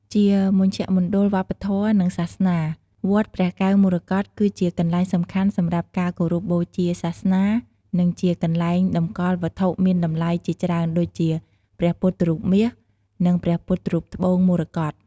ជាមជ្ឈមណ្ឌលវប្បធម៌ និងសាសនា វត្តព្រះកែវមរកតគឺជាកន្លែងសំខាន់សម្រាប់ការគោរពបូជាសាសនា និងជាកន្លែងតម្កល់វត្ថុមានតម្លៃជាច្រើនដូចជា ព្រះពុទ្ធរូបមាស និងព្រះពុទ្ធរូបត្បូងមរកត។